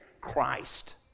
Christ